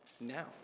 now